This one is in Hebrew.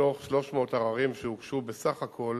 מתוך 300 עררים שהוגשו בסך הכול